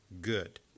good